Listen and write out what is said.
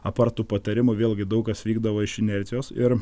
apart tų patarimų vėlgi daug kas vykdavo iš inercijos ir